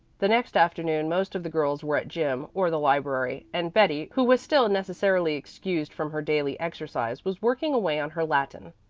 the next afternoon most of the girls were at gym or the library, and betty, who was still necessarily excused from her daily exercise, was working away on her latin,